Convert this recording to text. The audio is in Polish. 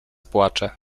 płacze